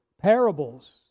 parables